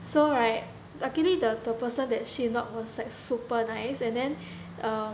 so right luckily the person that she knocked was like super nice and then err